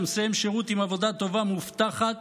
שמסיים שירות עם עבודה טובה מובטחת,